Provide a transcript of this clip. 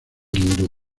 hindú